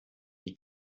die